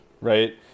right